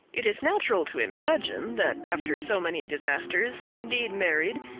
it is natural to imagine that after so many disasters candide married,